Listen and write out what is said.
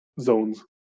zones